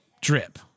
drip